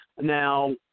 Now